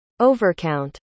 overcount